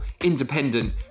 independent